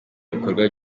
bikorwa